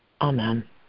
Amen